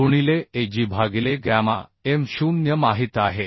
गुणिले Agभागिले gamma m 0 माहित आहे